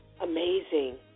Amazing